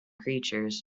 creatures